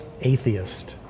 atheist